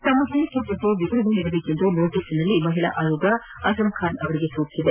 ತಮ್ನ ಹೇಳಿಕೆ ಕುರಿತಂತೆ ವಿವರಣೆ ನೀಡಬೇಕೆಂದು ನೋಟಸ್ನಲ್ಲಿ ಮಹಿಳಾ ಆಯೋಗ ಅಜಂಖಾನ್ ಅವರಿಗೆ ಸೂಚಿಸಿದೆ